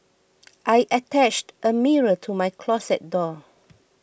I attached a mirror to my closet door